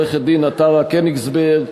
עורכת-הדין עטרה קניגסברג,